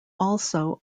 also